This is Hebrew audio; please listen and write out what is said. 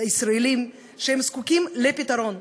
ישראלים שזקוקים לפתרון.